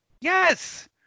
Yes